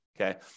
Okay